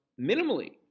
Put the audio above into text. minimally